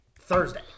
Thursday